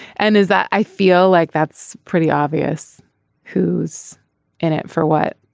and is that i feel like that's pretty obvious who's in it for what.